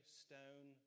stone